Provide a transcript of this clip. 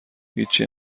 هیچچی